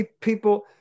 people